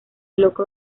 loco